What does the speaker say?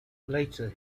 later